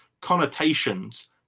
connotations